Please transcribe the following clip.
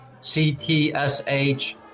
CTSH